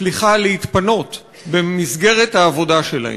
סליחה, להתפנות במסגרת העבודה שלהם,